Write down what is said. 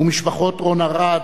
ומשפחות רון ארד,